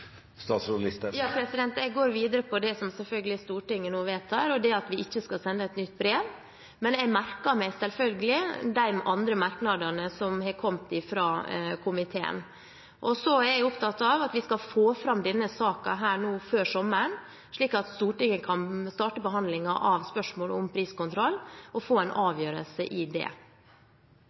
Jeg går selvfølgelig videre med det som Stortinget nå vedtar, og det er at vi ikke skal sende et nytt brev. Men jeg merker meg selvfølgelig de andre merknadene som har kommet fra komiteen. Så er jeg opptatt av at vi skal få fram denne saken før sommeren, slik at Stortinget kan starte behandlingen av spørsmålet om priskontroll og få en avgjørelse av det.